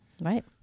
Right